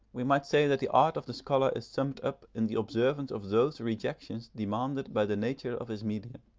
we might say that the art of the scholar is summed up in the observance of those rejections demanded by the nature of his medium,